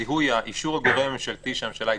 זיהוי אישור הגורם הממשלתי שהממשלה הסמיכה,